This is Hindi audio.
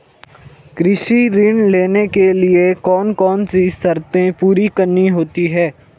कृषि ऋण लेने के लिए कौन कौन सी शर्तें पूरी करनी होती हैं?